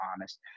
honest